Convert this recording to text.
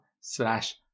slash